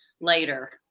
later